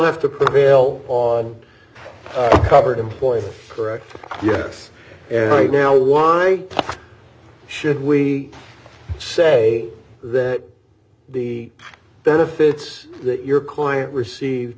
have to put mail on covered employees correct yes right now why should we say that the benefits that your client received